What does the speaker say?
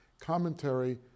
commentary